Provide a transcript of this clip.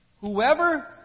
Whoever